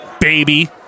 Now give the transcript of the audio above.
Baby